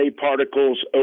particles